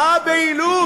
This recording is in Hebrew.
מה הבהילות?